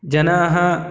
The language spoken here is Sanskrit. जनाः